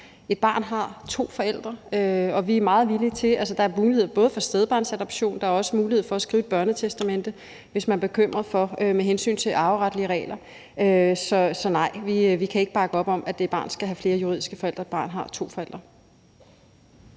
Et barn har to forældre. Der er mulighed for både stedbørnsadoption, og der er også mulighed for at skrive et børnetestamente, hvis man er bekymret med hensyn til arveretlige regler. Så nej, vi kan ikke bakke op om, at det barn skal have flere juridiske forældre. Et barn har to forældre.